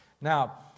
Now